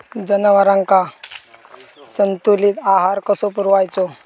जनावरांका संतुलित आहार कसो पुरवायचो?